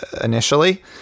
initially